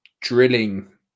drilling